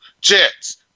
Jets